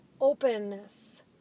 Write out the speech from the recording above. openness